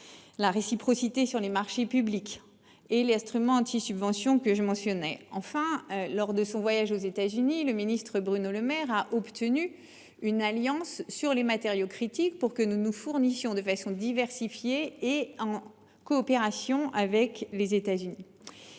la réciprocité sur les marchés publics et l'instrument antisubventions. Enfin, lors de son voyage aux États-Unis, Bruno Le Maire a obtenu une alliance sur les matériaux critiques, pour que nous nous fournissions de façon diversifiée et en coopération avec les États-Unis.